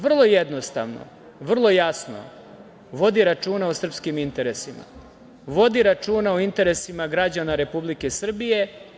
Vrlo jednostavno, vrlo jasno vodi računa o srpskim interesima, vodi računa o interesima građana Republike Srbije.